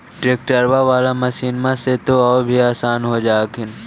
ट्रैक्टरबा बाला मसिन्मा से तो औ भी आसन हो जा हखिन?